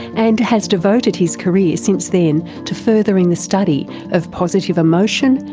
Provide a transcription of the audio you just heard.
and has devoted his career since then to furthering the study of positive emotion,